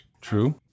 True